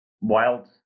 wild